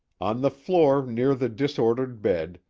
on the floor near the disordered bed,